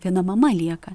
viena mama lieka